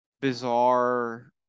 bizarre